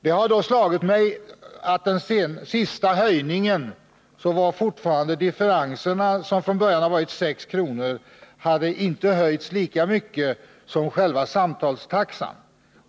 Det har slagit mig att vid den senaste höjningen hade inte differensen i kvartalsavgifterna höjts lika mycket som själva samtalstaxan.